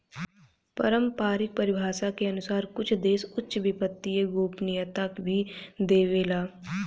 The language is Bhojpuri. पारम्परिक परिभाषा के अनुसार कुछ देश उच्च वित्तीय गोपनीयता भी देवेला